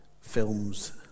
films